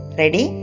ready